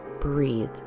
breathe